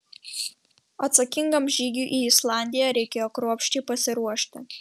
atsakingam žygiui į islandiją reikėjo kruopščiai pasiruošti